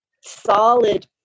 solid